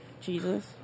Jesus